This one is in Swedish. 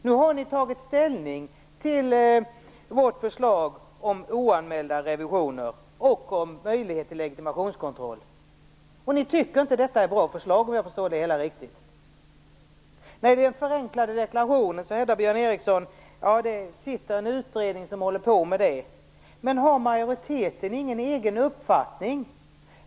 Nu har de tagit ställning till vårt förslag om oanmälda revisioner och om möjlighet till legitimationskontroll, och de tycker inte att detta är bra förslag om jag förstår det hela riktigt. När det gäller den förenklade deklarationen hävdar Björn Ericson att en utredning arbetar med den frågan. Men har majoriteten ingen egen uppfattning?